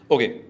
Okay